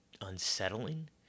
unsettling